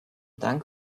dank